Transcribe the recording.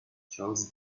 charles